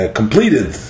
completed